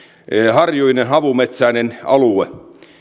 harjuinen havumetsäinen alue